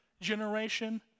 generation